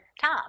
Tom